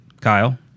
kyle